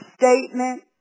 statement